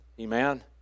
Amen